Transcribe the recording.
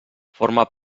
forma